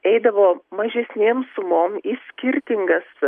eidavo mažesnėm sumom į skirtingas